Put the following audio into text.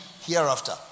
hereafter